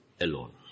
alone